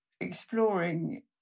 exploring